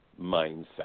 mindset